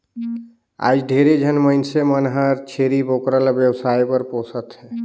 आयज ढेरे झन मइनसे मन हर छेरी बोकरा ल बेवसाय बर पोसत हें